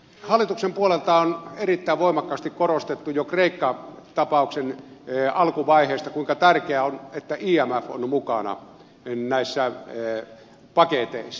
hallituksen puolelta on erittäin voimakkaasti korostettu jo kreikka tapauksen alkuvaiheesta kuinka tärkeää on että imf on mukana näissä paketeissa